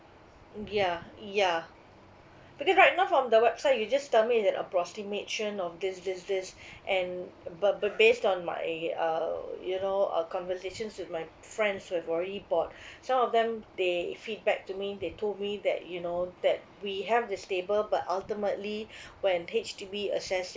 mm yeah yeah because right now from the website you just tell me that approximation of this this this and ba~ ba~ based on my uh you know uh conversations with my friends who have already bought some of them they feedback to me they told me that you know that we have this table but ultimately when H_D_B assess